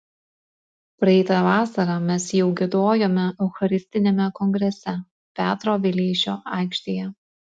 pereitą vasarą mes jau giedojome eucharistiniame kongrese petro vileišio aikštėje